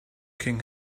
king